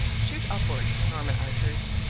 shoot upward, norman archers,